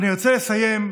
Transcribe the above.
ואני רוצה לסיים,